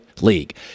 league